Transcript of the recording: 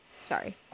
Sorry